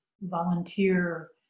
volunteer